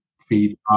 feedback